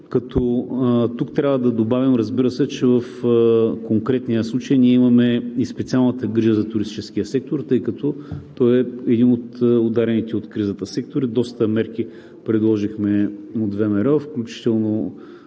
Тук трябва да добавим, разбира се, че в конкретния случай ние имаме и специалната грижа за туристическия сектор, тъй като той е един от ударените от кризата сектори. Доста мерки предложихме от ВМРО, включително